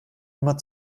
immer